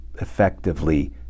effectively